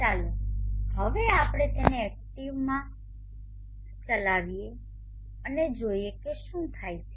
ચાલો હવે આપણે તેને ઓક્ટેવમાં ચલાવીએ અને જોઈએ કે શું થાય છે